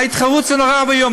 ההתחרות זה נורא ואיום.